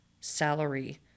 salary